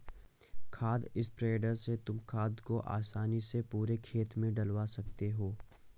खाद स्प्रेडर से तुम खाद को आसानी से पूरे खेत में डलवा सकते हो